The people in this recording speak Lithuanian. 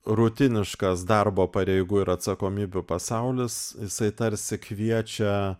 rutiniškas darbo pareigų ir atsakomybių pasaulis jisai tarsi kviečia